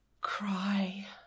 Cry